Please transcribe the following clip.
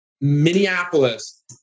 Minneapolis